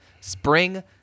spring